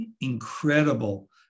incredible